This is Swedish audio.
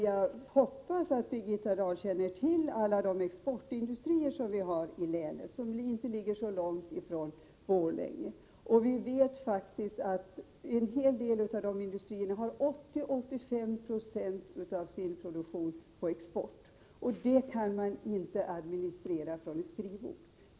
Jag hoppas att Birgitta Dahl känner till alla de exportindustrier som vi har i länet och som inte ligger så långt från Borlänge. En hel del av de industrierna säljer faktiskt 80-85 20 av sin produktion på export. Sådant kan man inte 89 administrera från ett skrivbord.